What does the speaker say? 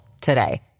today